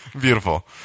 beautiful